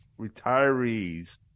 retirees